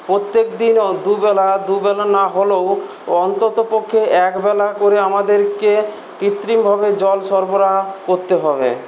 প্রত্যেক দিন দুবেলা দুবেলা না হলেও ও অন্ততপক্ষে একবেলা করে আমাদেরকে কৃত্রিমভাবে জল সরবরাহ করতে হবে